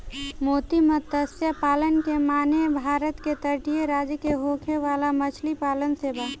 मोती मतस्य पालन के माने भारत के तटीय राज्य में होखे वाला मछली पालन से बा